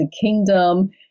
Kingdom